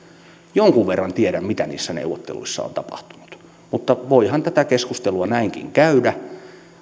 jonkun verran tiedän mitä niissä neuvotteluissa on tapahtunut mutta voihan tätä keskustelua näinkin käydä